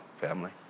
family